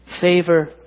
Favor